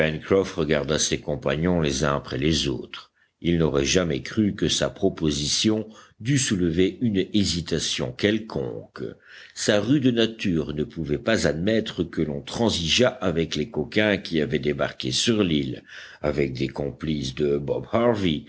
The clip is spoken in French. pencroff regarda ses compagnons les uns après les autres il n'aurait jamais cru que sa proposition dût soulever une hésitation quelconque sa rude nature ne pouvait pas admettre que l'on transigeât avec les coquins qui avaient débarqué sur l'île avec des complices de bob